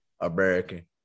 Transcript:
American